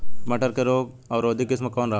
मटर के रोग अवरोधी किस्म कौन होला?